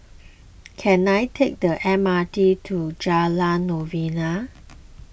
can I take the M R T to Jalan Novena